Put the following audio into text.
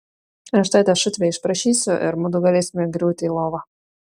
aš tuoj tą šutvę išprašysiu ir mudu galėsime griūti į lovą